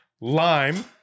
Lime